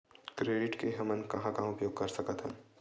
Credit के हमन कहां कहा उपयोग कर सकत हन?